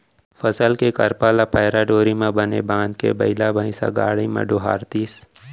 फसल के करपा ल पैरा डोरी म बने बांधके बइला भइसा गाड़ी म डोहारतिस